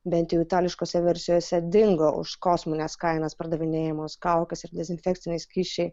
bent jų itališkose versijose dingo už kosmines kainas pardavinėjamos kaukės ir dezinfekciniai skysčiai